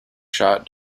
shot